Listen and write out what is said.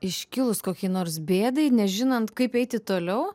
iškilus kokiai nors bėdai nežinant kaip eiti toliau